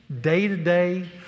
day-to-day